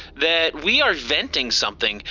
that we are venting something.